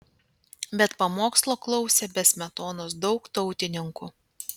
bet pamokslo klausė be smetonos daug tautininkų